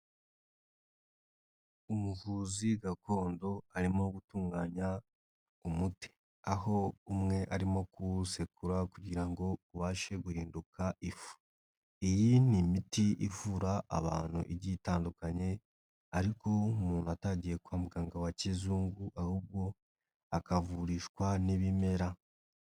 Umuvuzi gakondo arimo gutunganya umuti, aho umwe arimo kuwusekura kugira ngo ubashe guhinduka ifu, iyi ni imiti ivura abantu igiye itandukanye ariko umuntu atagiye kwa muganga wa kizungu, ahubwo akavurishwa n'ibimera.